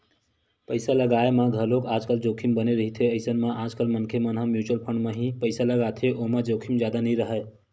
पइसा लगाय म घलोक आजकल जोखिम बने रहिथे अइसन म आजकल मनखे मन म्युचुअल फंड म ही पइसा लगाथे ओमा जोखिम जादा नइ राहय